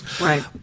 Right